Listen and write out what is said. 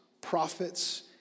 prophets